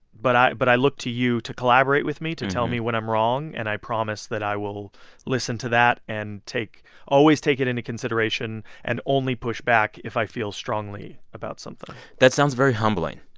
but i but i look to you to collaborate with me to tell me when i'm wrong, and i promise that i will listen to that and take always take it into consideration and only push back if i feel strongly about something that sounds very humbling